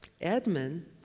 Edmund